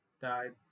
died